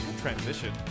transition